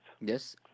Yes